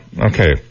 Okay